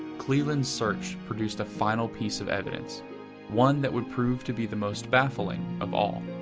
cleland's search produced a final piece of evidence one that would prove to be the most baffling of all.